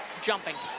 jumping.